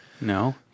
no